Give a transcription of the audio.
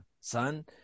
Son